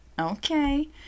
Okay